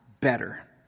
better